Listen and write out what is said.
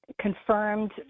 Confirmed